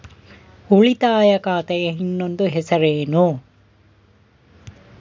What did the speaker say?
ಉಳಿತಾಯ ಖಾತೆಯ ಇನ್ನೊಂದು ಹೆಸರೇನು?